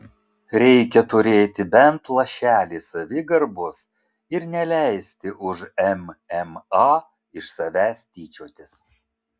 reikia turėti bent lašelį savigarbos ir neleisti už mma iš savęs tyčiotis